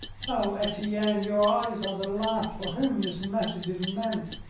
oh, etienne, your eyes are the last for whom this message is meant.